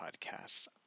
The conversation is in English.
podcasts